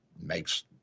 makes